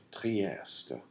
Trieste